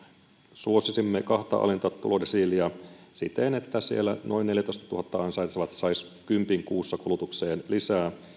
suosisimme kahta alinta tulodesiiliä siten että siellä noin neljätoistatuhatta ansaitsevat saisivat kympin kuussa kulutukseen lisää